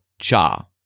Cha